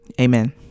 amen